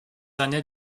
années